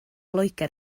loegr